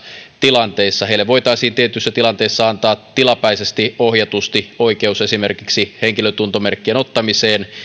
tilanteissa heille voitaisiin tietyissä tilanteissa antaa tilapäisesti ohjatusti oikeus esimerkiksi henkilötuntomerkkien ottamiseen